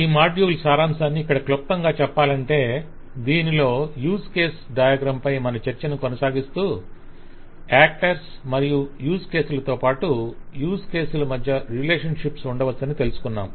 ఈ మాడ్యూల్ సారాంశాన్ని ఇక్కడ క్లుప్తంగా చెప్పాలంటే దీనిలో యూజ్ కేస్ డయాగ్రమ్ పై మన చర్చను కొనసాగిస్తూ యాక్టర్స్ మరియు యూజ్ కేసులతో పాటు యూజ్ కేసుల మధ్య రిలేషన్షిప్స్ ఉండవచ్చని తెలుసుకొన్నాం